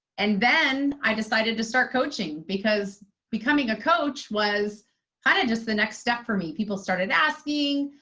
and then i decided to start coaching because becoming a coach was kind of just the next step for me. people started asking.